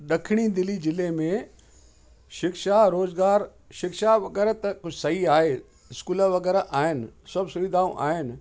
ॾखिणी दिल्ली जिले में शिक्षा रोज़गार शिक्षा वगै़रह त कुझु सही आहे स्कूल वगै़रह आहिनि सभु सुविधाऊं आहिनि